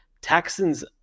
Texans